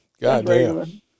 Goddamn